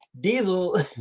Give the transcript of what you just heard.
Diesel